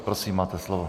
Prosím, máte slovo.